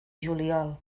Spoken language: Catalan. juliol